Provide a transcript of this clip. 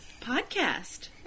podcast